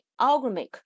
algorithmic